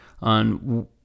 on